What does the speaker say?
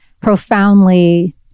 profoundly